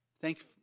Thank